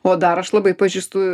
o dar aš labai pažįstu